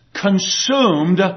consumed